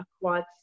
quads